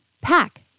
pack